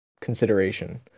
consideration